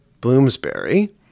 Bloomsbury